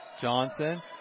Johnson